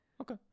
Okay